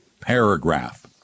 paragraph